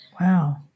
wow